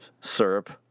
syrup